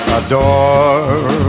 adore